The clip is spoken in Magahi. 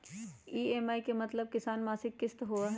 ई.एम.आई के मतलब समान मासिक किस्त होहई?